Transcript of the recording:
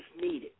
needed